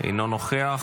אינו נוכח.